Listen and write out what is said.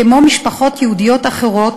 כמו משפחות יהודיות אחרות,